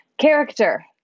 character